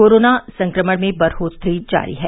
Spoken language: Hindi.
कोरोना संक्रमण में बढोतरी जारी है